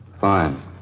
Fine